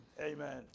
amen